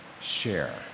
share